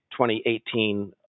2018